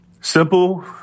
simple